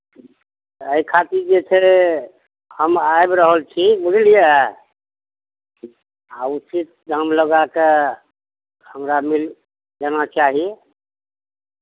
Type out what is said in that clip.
एहि खातिर जे छै हम आबि रहल छी बुझलियै आ उचित दाम लगा कऽ हमरा मिल जाना चाही